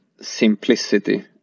simplicity